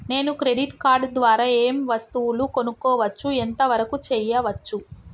నేను credit card ద్వారా ఏం వస్తువులు కొనుక్కోవచ్చు ఎంత వరకు చేయవచ్చు?